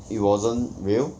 it wasn't real